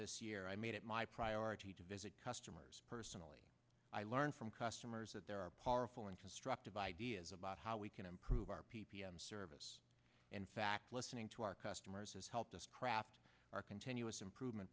this year i made it my priority to visit customers personally i learned from customers that there are powerful interests trucked of ideas about how we can improve our p p m service in fact listening to our customers has helped us craft our continuous improvement